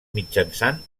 mitjançant